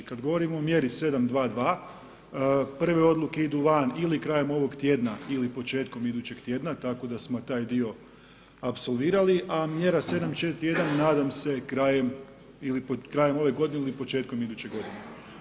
Kada govorimo o mjeri 722, prve odluke idu van ili krajem ovog tjedna ili početkom idućeg tjedna tako da smo taj dio apsolvirali a mjere 741 nadam se krajem ove godine ili početkom iduće godine.